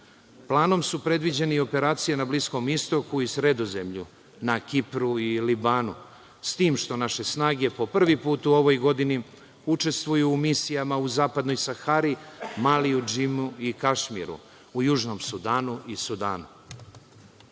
Planom su predviđene operacije na Bliskom istoku i Sredozemlju, na Kipru i Libanu, s tim što naše snage po pravi put u ovoj godini učestvuju u misijama u Zapadnoj Sahari, Maliju, Džimu i Kašmiru u južnom Sudanu i Sudanu.